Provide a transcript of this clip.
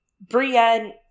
Brienne